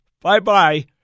Bye-bye